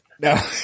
no